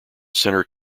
centre